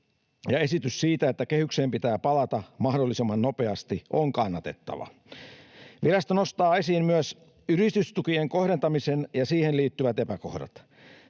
esitys siitä, että kehykseen pitää palata mahdollisimman nopeasti, ovat kannatettavia. Virasto nostaa esiin myös yritystukien kohdentamisen ja siihen liittyvät epäkohdat.